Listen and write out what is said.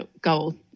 goal